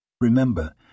Remember